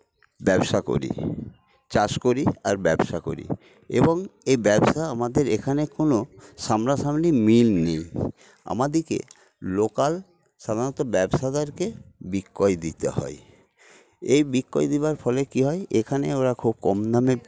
ব্যবসা করি চাষ করি আর ব্যবসা করি এবং এই ব্যবসা আমাদের এখানে কোনো সামনা সামনি মিল নেই আমাদেরকে লোকাল সাধারণত ব্যবসাদারকে বিক্রয় দিতে হয় এই বিক্রয় দেওয়ার ফলে কি হয় এখানে ওরা খুব কম দামে